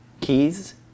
keys